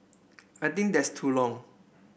I think that's too long